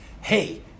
hey